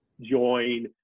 join